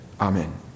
Amen